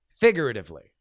figuratively